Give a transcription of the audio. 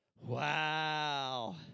Wow